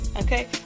okay